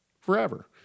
forever